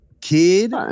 kid